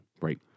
Right